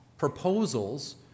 proposals